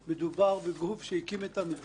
בגוף שהקים את המדינה.